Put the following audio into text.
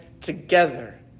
together